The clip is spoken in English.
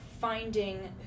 finding